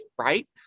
Right